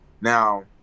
Now